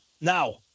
Now